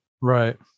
right